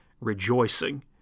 rejoicing